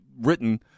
written